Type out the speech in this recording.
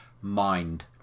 mind